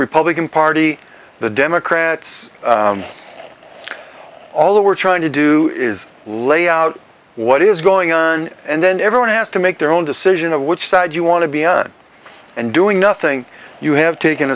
republican party the democrats all that we're trying to do is lay out what is going on and then everyone has to make their own decision of which side you want to be on and doing nothing you have taken